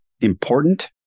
important